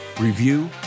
review